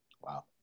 Wow